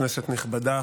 כנסת נכבדה,